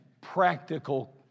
practical